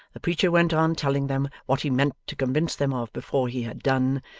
the preacher went on telling them what he meant to convince them of before he had done,